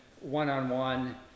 one-on-one